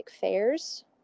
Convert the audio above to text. fairs